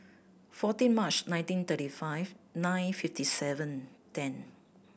fourteen March nineteen thirty five nine fifty seven ten